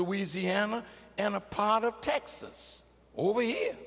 louisiana and a pot of texas over here